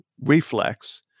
reflex